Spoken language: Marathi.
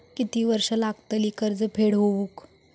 किती वर्षे लागतली कर्ज फेड होऊक?